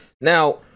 Now